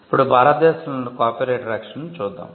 ఇప్పుడు భారతదేశంలో ఉన్న కాపీరైట్ రక్షణను చూద్దాం